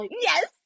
Yes